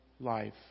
life